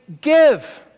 give